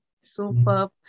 Superb